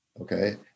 Okay